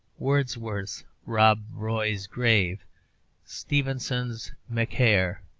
wordsworth's rob roy's grave stevenson's macaire,